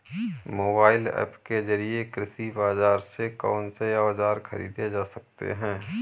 Mobile app के जरिए कृषि बाजार से कौन से औजार ख़रीदे जा सकते हैं?